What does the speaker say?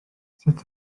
sut